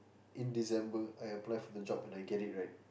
in December I apply for the job and I get it right